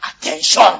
Attention